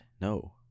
No